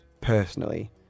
Personally